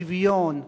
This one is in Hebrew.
שוויון,